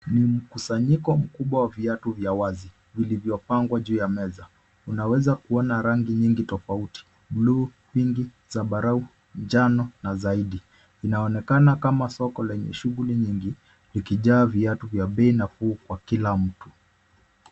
Ni mkusanyiko mkubwa wa viatu vya wazi vilivyopangwa juu ya meza. Unaweza kuona rangi nyingi tofauti: bluu, pinki, zambarau, njano, na zaidi. Inaonekana kama soko lenye shughuli nyingi, likijaa viatu vya bei nafuu kwa kila mtu.